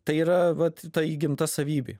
tai yra vat ta įgimta savybė